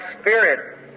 Spirit